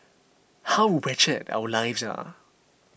how wretched our lives are